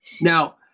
Now